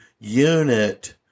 unit